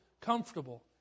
comfortable